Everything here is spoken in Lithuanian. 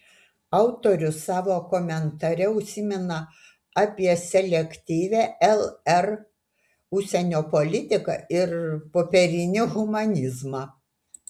autorius savo komentare užsimena apie selektyvią lr užsienio politiką ir popierinį humanizmą